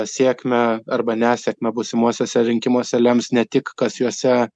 sėkmę arba nesėkmę būsimuosiuose rinkimuose lems ne tik kas juose